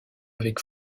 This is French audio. avec